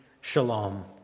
shalom